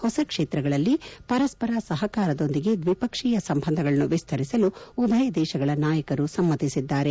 ಹೊಸ ಕ್ಷೇತ್ರಗಳಲ್ಲಿ ಪರಸ್ಪರ ಸಹಕಾರದೊಂದಿಗೆ ದ್ವಿಪಕ್ಷೀಯ ಸಂಬಂಧಗಳನ್ನು ವಿಸ್ತರಿಸಲು ಉಭಯ ದೇಶಗಳ ನಾಯಕರು ಸಮ್ಮತಿಸಿದ್ದಾರೆ